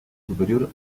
superior